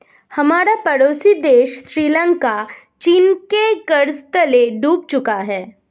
हमारा पड़ोसी देश श्रीलंका चीन के कर्ज तले डूब चुका है